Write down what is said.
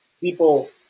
people